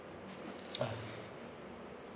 ah